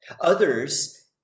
Others